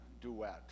duet